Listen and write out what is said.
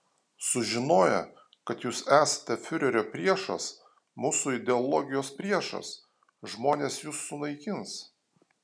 sužinoję kad jūs esate fiurerio priešas mūsų ideologijos priešas žmonės jus sunaikins